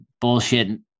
bullshit